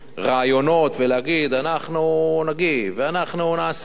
רעיונות ולהגיד: אנחנו נגיב ואנחנו נעשה.